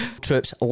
Troops